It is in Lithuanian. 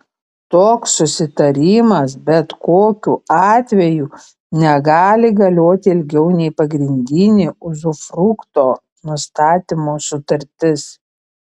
toks susitarimas bet kokiu atveju negali galioti ilgiau nei pagrindinė uzufrukto nustatymo sutartis